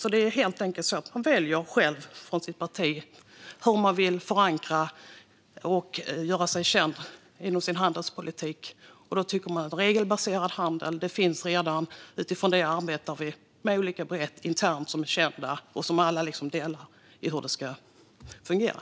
Man väljer helt enkelt själv från sitt parti hur man vill förankra och göra sin handelspolitik känd. Regelbaserad handel finns redan, och utifrån det arbetar vi med olika begrepp som är kända internt och som alla delar när det gäller hur det ska fungera.